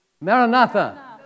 Maranatha